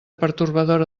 pertorbadora